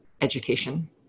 education